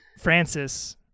Francis